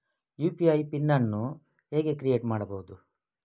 UPI PIN ಅನ್ನು ಹೇಗೆ create ಮಾಡುದು?